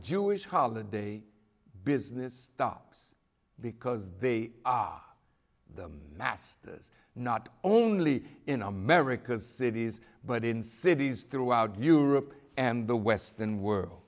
jewish holiday business stops because they are the masters not only in america's cities but in cities throughout europe and the western world